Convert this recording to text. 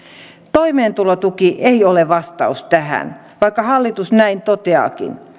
toimeentulotuki ei ole vastaus tähän vaikka hallitus näin toteaakin